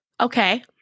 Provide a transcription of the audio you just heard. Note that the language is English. Okay